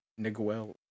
Niguel